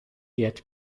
yet